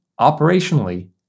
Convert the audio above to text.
operationally